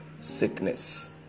sickness